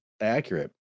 accurate